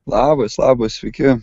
labas labas sveiki